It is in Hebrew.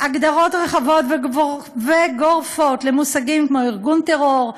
הגדרות רחבות וגורפות למושגים כמו "ארגון טרור",